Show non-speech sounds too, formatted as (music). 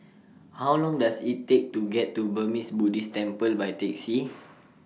How Long Does IT Take to get to Burmese Buddhist Temple By Taxi (noise)